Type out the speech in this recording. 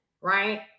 right